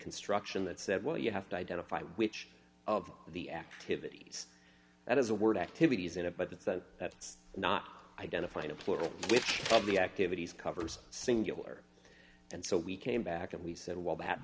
construction that said well you have to identify which of the activities that is a word activities in it but that's not identifying a plural which of the activities covers singular and so we came back and we said well that